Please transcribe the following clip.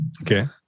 Okay